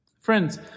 Friends